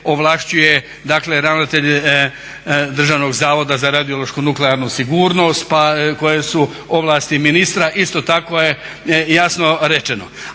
ovlašćuje dakle ravnatelj Državnog zavoda za radiološku, nuklearnu sigurnost pa koje su ovlasti ministra, isto tako je jasno rečeno.